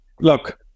Look